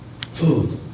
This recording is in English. food